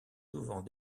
souvent